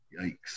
Yikes